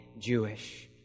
Jewish